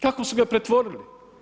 Kako su ga pretvorili?